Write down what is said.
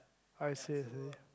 I say